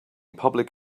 public